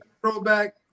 Throwback